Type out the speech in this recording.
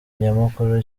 nyamukuru